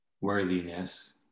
worthiness